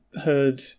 heard